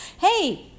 hey